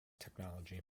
technology